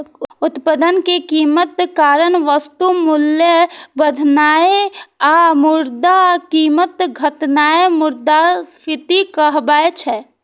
उत्पादन मे कमीक कारण वस्तुक मूल्य बढ़नाय आ मुद्राक कीमत घटनाय मुद्रास्फीति कहाबै छै